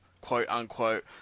quote-unquote